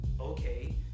Okay